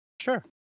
Sure